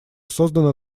создана